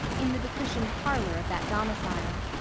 in the becushioned parlor of that domicile.